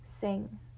sing